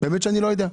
באמת אני לא יודע.